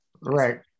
right